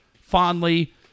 fondly